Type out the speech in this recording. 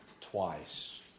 twice